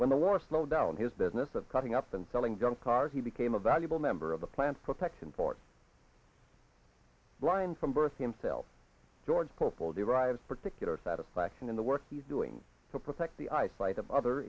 when the war slowed down his business of cutting up and selling junk cars he became a valuable member of the plant protection for brian from birth himself george cor full derives particular satisfaction in the work he's doing to protect the eyesight of other